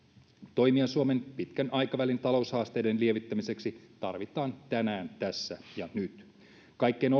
toimia suomen pitkän aikavälin taloushaasteiden lievittämiseksi tarvitaan tänään tässä ja nyt kaikkein